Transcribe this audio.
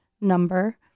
number